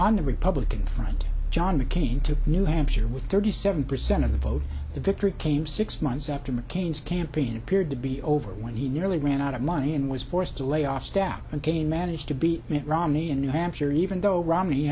on the republican front john mccain took new hampshire with thirty seven percent of the vote the victory came six months after mccain's campaign appeared to be over when he nearly ran out of money and was forced to lay off staff ok managed to beat mitt romney in new hampshire even though